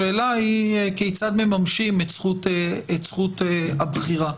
השאלה היא כיצד מממשים את זכות הבחירה.